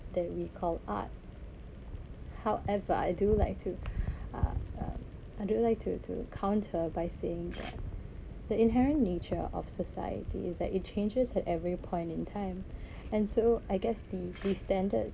that we call art however I do like to uh uh I do like to to counter by saying the inherent nature of society is that it changes in every point in time and so I guess the the standard